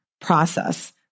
process